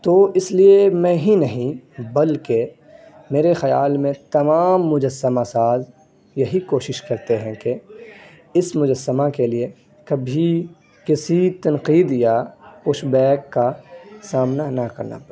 تو اس لیے میں ہی نہیں بلکہ میرے خیال میں تمام مجسمہ ساز یہی کوشش کرتے ہیں کہ اس مجسمہ کے لیے کبھی کسی تنقید یا پش بیک کا سامنا نہ کرنا پڑے